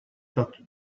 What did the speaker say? that